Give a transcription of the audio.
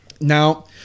Now